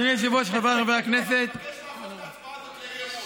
אני מבקש להפוך את ההצבעה הזאת לאי-אמון.